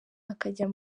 akajya